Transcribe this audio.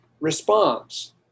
response